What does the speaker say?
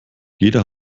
jeder